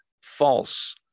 false